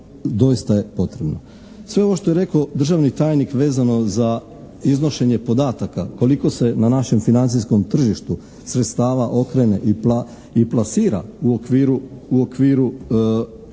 doista je potrebno. Sve ono što je rekao državni tajnik vezano za iznošenje podataka koliko se na našem financijskom tržištu sredstava okrene i plasira u okviru,